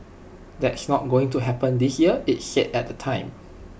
that's not going to happen this year IT said at the time